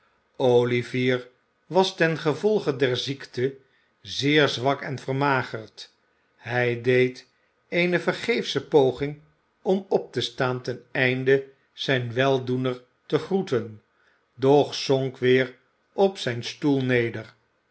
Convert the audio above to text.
olivier was tengevolge der ziekte zeer zwak en vermagerd hij deed eene vergeefsche poging om op te staan ten einde zijn weldoener te groeten doch zonk weer op zijn stoel neer